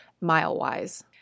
mile-wise